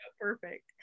Perfect